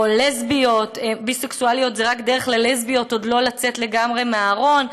או לסביות ביסקסואליות זה רק דרך ללסביות עוד לא לצאת לגמרי מהארון,